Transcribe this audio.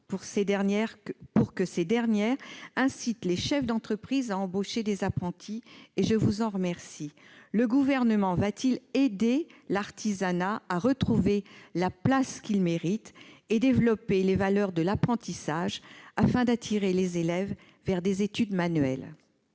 importantes pour inciter les chefs d'entreprise à embaucher des apprentis ; je vous en remercie. Le Gouvernement va-t-il aider l'artisanat à retrouver la place qu'il mérite et développer les valeurs de l'apprentissage afin d'attirer les élèves vers des études manuelles ?